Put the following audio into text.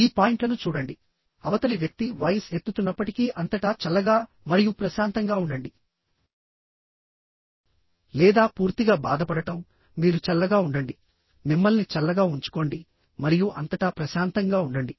ఈ పాయింట్లను చూడండి అవతలి వ్యక్తి వాయిస్ ఎత్తుతున్నప్పటికీ అంతటా చల్లగా మరియు ప్రశాంతంగా ఉండండి లేదా పూర్తిగా బాధపడటం మీరు చల్లగా ఉండండి మిమ్మల్ని చల్లగా ఉంచుకోండి మరియు అంతటా ప్రశాంతంగా ఉండండి